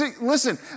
listen